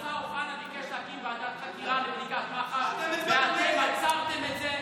השר אוחנה ביקש להקים ועדת חקירה בבדיקת מח"ש ואתם עצרתם את זה.